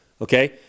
Okay